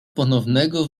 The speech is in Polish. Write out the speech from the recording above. ponownego